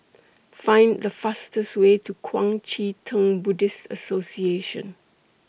Find The fastest Way to Kuang Chee Tng Buddhist Association